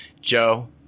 Joe